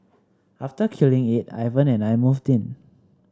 after killing it Ivan and I moved in